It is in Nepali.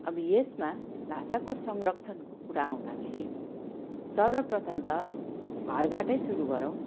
अब यसमा भाषाको संरक्षणको कुरा आउँदाखेरि सर्वप्रथम त घरबाटै सुरु गरौँ